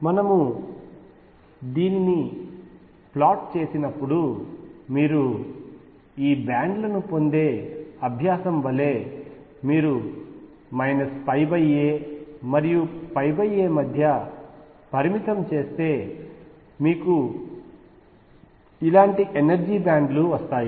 మనము దీనిని ప్లాట్ చేసినప్పుడు మీరు ఈ బ్యాండ్ లను పొందే అభ్యాసం వలె మీరు a మరియు a మధ్య పరిమితం చేస్తే మీకు ఇలాంటి ఎనర్జీ బ్యాండ్ లు వస్తాయి